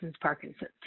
Parkinson's